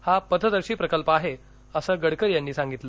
हा प्रथदर्शी प्रकल्प आहे असं गडकरी याती सातितलं